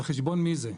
על חשבון מי זה?